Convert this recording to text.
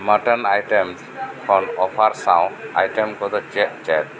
mutton item ᱠᱷᱚᱱ offer ᱥᱟᱶ item ᱠᱚᱫᱚ ᱪᱮᱫ ᱪᱮᱫ